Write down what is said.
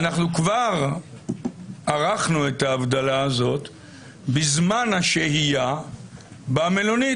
אנחנו כבר ערכנו את ההבדלה הזאת בזמן השהייה במלונית.